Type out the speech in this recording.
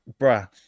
Bruh